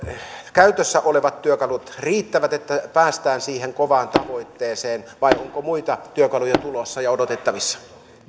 käytössä olevat työkalut riittäviä että päästään siihen kovaan tavoitteeseen vai onko muita työkaluja tulossa ja odotettavissa